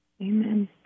Amen